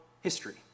History